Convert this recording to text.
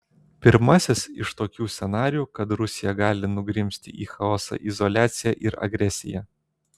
pirmasis iš tokių scenarijų kad rusija gali nugrimzti į chaosą izoliaciją ir agresiją